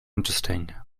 interesting